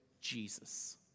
Jesus